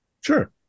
Sure